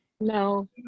No